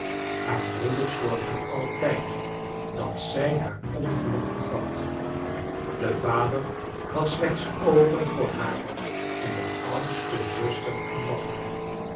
haar broeders zorgden altijd dat zij haar ongeluk vergat de vader had slechts oogen voor haar en de oudste zuster aanbad haar